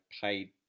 paid